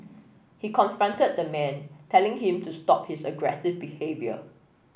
he confronted the man telling him to stop his aggressive behaviour